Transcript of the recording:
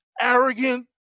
arrogant